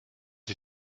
ich